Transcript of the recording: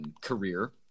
career